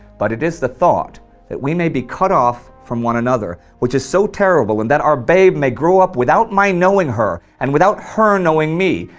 but it is the thought that we may be cut off from one another which is so terrible and that our babe may grow up without my knowing her and without her knowing me.